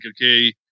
okay